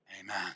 Amen